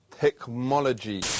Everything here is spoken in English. Technology